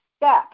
step